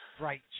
Right